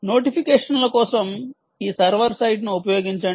నోటిఫికేషన్ల కోసం ఈ సర్వర్ సైట్ను ఉపయోగించండి